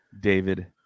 David